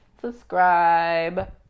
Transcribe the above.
subscribe